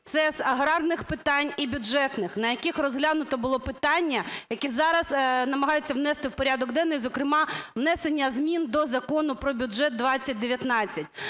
це з аграрних питань і бюджетних. На яких розглянуто було питання, які зараз намагаються внести в порядок денний, зокрема внесення змін до Закону про бюджет 2019.